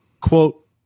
quote